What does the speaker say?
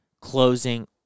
closing